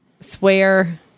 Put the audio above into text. Swear